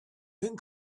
then